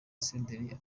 senderi